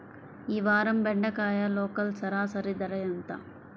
ఈ వారం బెండకాయ లోకల్ సరాసరి ధర ఎంత?